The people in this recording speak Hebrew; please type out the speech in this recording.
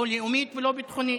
לא לאומית ולא ביטחונית.